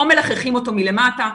או מלחכים אותו מלמטה,